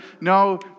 no